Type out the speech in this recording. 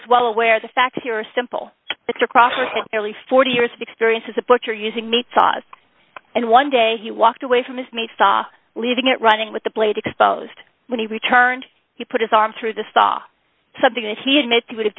is well aware the facts here are simple it's across the early forty years of experience as a butcher using meat sauce and one day he walked away from his mates saw leaving it running with the blade exposed when he returned he put his arm through the saw something and he admit